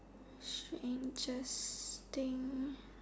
strangest thing